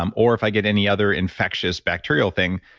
um or, if i get any other infectious bacterial thing,